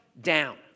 down